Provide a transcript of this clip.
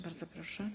Bardzo proszę.